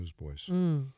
Newsboys